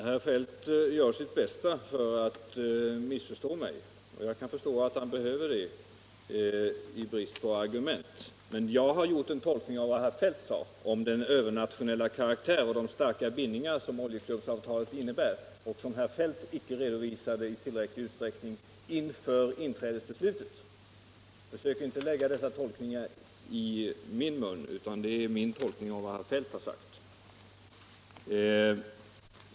Herr talman! Herr Feldt gör sitt bästa för att missförstå mig, och jag kan begripa att han behöver det i brist på argument. Men jag har gjort en tolkning av vad herr Feldt sade om den övernationella karaktär och de starka bindningar som Oljeklubbsavtalet innebär och som herr Feldt icke redovisade i tillräcklig utsträckning inför inträdesbeslutet. Försök inte lägga dessa uttalanden i min mun -— jag gav alltså min tolkning av vad herr Feldt har sagt.